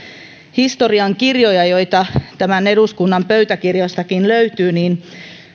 historiankirjoja joita tämän eduskunnan pöytäkirjoistakin löytyy niin